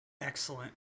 Excellent